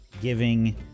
giving